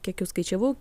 kiek jau skaičiavau